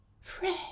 Fred